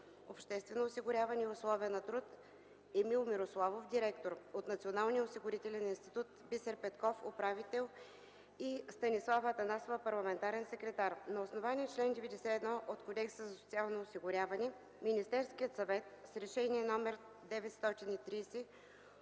обществено осигуряване и условия на труд” – Емил Мирославов, директор; от Националния осигурителен институт – Бисер Петков, управител, и Станислава Атанасова, парламентарен секретар. На основание чл. 91 от Кодекса за социално осигуряване, Министерският съвет с Решение № 930